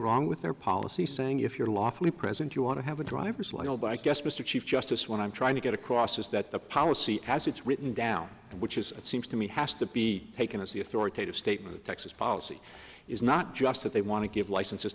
wrong with their policy saying if you're lawfully present you want to have a driver's license by i guess mr chief justice what i'm trying to get across is that the policy as it's written down which is it seems to me has to be taken as the authoritative statement texas policy is not just that they want to give licenses